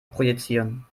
projizieren